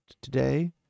today